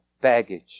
baggage